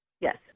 Yes